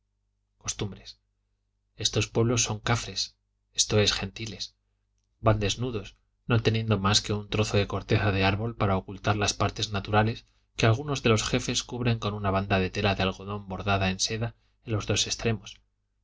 costumbres estos pueblos son cafres esto es gentiles van desnudos no teniendo más que un trozo de corteza de árbol para ocultar las partes naturales que algunos de los jefes cubren con una banda de tela de algodón bordada en seda en los dos extremos